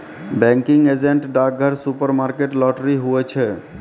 banking agent डाकघर, supermarket, lottery, हुवै छै